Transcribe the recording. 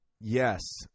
yes